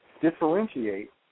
differentiate